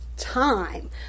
time